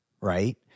right